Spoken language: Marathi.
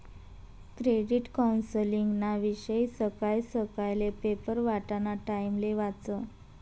क्रेडिट कौन्सलिंगना विषयी सकाय सकायले पेपर वाटाना टाइमले वाचं